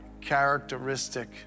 characteristic